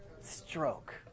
stroke